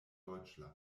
deutschland